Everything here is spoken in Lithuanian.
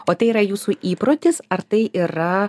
o tai yra jūsų įprotis ar tai yra